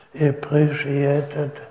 appreciated